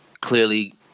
Clearly